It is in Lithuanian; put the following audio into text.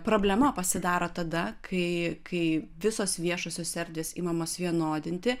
problema pasidaro tada kai kai visos viešosios erdvės imamos vienodinti